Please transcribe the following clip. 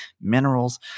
minerals